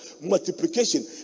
multiplication